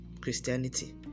christianity